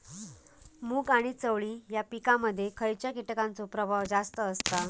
मूग आणि चवळी या पिकांमध्ये खैयच्या कीटकांचो प्रभाव जास्त असता?